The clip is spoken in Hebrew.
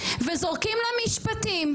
וזורקים לה משפטים.